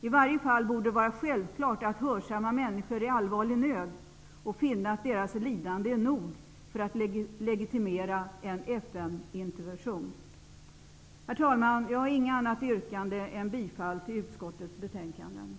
I varje fall borde det vara självklart att hörsamma människor i allvarlig nöd och finna att deras lidande är nog för att legitimera en FN-intervention. Herr talman! Jag yrkar bifall till utskottets hemställan i betänkandet.